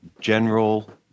general